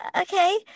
okay